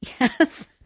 Yes